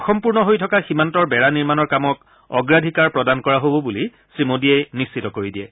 অসম্পূৰ্ণ হৈ থকা সীমান্তৰ বেৰা নিৰ্মাণৰ কামক অগ্ৰাধিকাৰ প্ৰদান কৰা হ'ব বুলি শ্ৰী মোদীয়ে নিশ্চিত কৰি দিয়ে